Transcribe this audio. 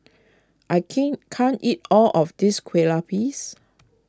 I keen can't eat all of this Kueh Lupis